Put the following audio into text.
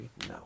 No